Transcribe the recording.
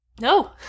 No